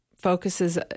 focuses